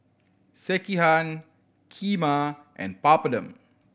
Sekihan Kheema and Papadum